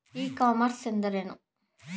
E commerce ಎಂದರೇನು?